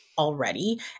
Already